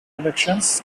elections